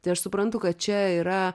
tai aš suprantu kad čia yra